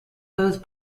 both